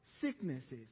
sicknesses